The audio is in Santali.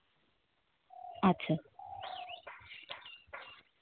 ᱟᱪᱪᱷᱟ